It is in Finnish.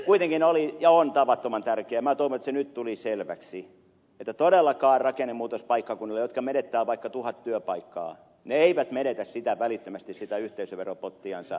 kuitenkin oli ja on tavattoman tärkeää ja minä toivon että se nyt tuli selväksi että todellakaan rakennemuutospaikkakunnat jotka menettävät vaikka tuhat työpaikkaa eivät välittömästi menetä sitä yhteisöveropottiansa